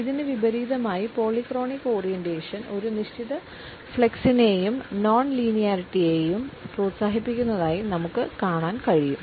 ഇതിനു വിപരീതമായി polychronic orientation ഒരു നിശ്ചിത ഫ്ലക്സിനെയും നോൺ ലീനിയറിറ്റിയെയും പ്രോത്സാഹിപ്പിക്കുന്നതായി നമുക്ക് കാണാൻ കഴിയും